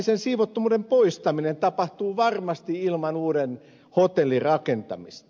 sen siivottomuuden poistaminen tapahtuu varmasti ilman uuden hotellin rakentamista